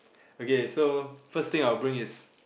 okay so first thing I will bring is